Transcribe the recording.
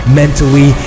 mentally